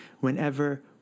whenever